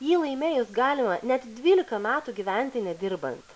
jį laimėjus galima net dvylika metų gyventi nedirbant